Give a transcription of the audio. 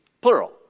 plural